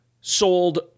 sold